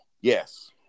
Yes